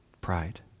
Pride